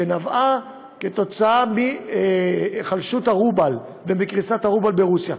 שנבעה מהיחלשות הרובל ומקריסת הרובל ברוסיה,